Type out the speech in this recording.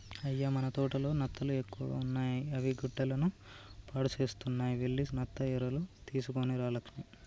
అయ్య మన తోటలో నత్తలు ఎక్కువగా ఉన్నాయి అవి గుడ్డలను పాడుసేస్తున్నాయి వెళ్లి నత్త ఎరలు తీసుకొని రా లక్ష్మి